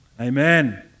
Amen